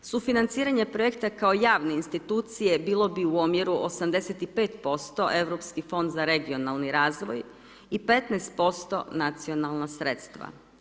Sufinanciranje projekta kao javne institucije, bilo bi u omjeru 85% europski fond za regionalni razvoj, i 15% nacionalna sredstva.